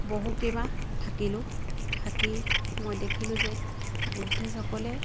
বহুকেইমাহ থাকিলোঁ থাকি মই দেখিলোঁ যে বুদ্ধিষ্টসকলে